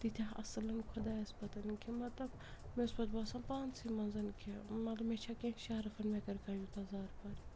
تیٖتیٛاہ اَصٕل خۄدایَس پَتھ کہِ مطلب مےٚ اوس پَتہٕ باسان پانسٕے مَنز کہِ مطلب مےٚ چھا کینٛہہ شرفَن مےٚ کَرِ کانٛہہ یوٗتاہ زارٕ پار